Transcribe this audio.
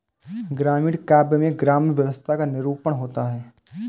ग्रामीण काव्य में ग्राम्य व्यवस्था का निरूपण होता है